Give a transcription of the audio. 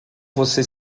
você